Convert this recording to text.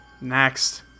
Next